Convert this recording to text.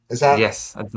Yes